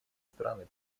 страны